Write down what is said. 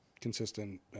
consistent